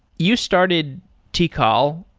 you started tikal,